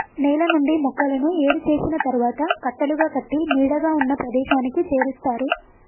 నేల నుండి మొక్కలను ఏరు చేసిన తరువాత కట్టలుగా కట్టి నీడగా ఉన్న ప్రదేశానికి చేరుస్తారు